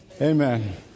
Amen